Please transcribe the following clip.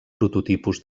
prototipus